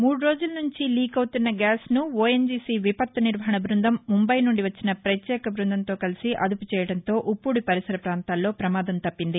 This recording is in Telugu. మూడు రోజుల నుంచి లీకవుతున్న గ్యాస్ను ఓఎన్షీసీ విపత్తు నిర్వహణ బృందంముంబై నుంది వచ్చిన ప్రత్యేక బ్బందంతో కలసి అదుపు చేయడంతో ఉప్పూడి పరిసర ప్రాంతాల్లో ప్రమాదం తప్పింది